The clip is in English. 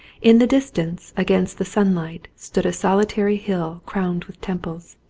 in the distance against the sunlight stood a solitary hill crowned with temples.